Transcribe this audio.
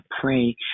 pray